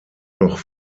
noch